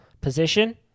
position